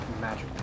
magic